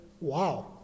wow